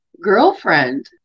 girlfriend